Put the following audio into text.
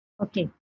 Okay